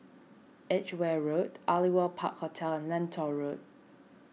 Edgware Road Aliwal Park Hotel and Lentor Road